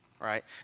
right